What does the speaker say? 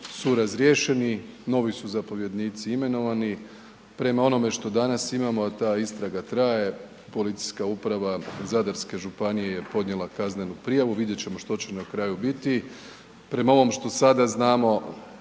su razriješeni, novi su zapovjednici imenovani, prema onome što danas imamo ta istraga traje, Policijska uprava Zadarske županije je podnijela kaznenu prijavu, vidjet ćemo što će na kraju biti. Prema ovome što sada znamo,